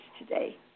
today